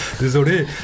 Désolé